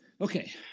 okay